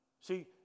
See